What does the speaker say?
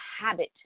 Habit